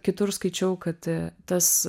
kitur skaičiau kad tas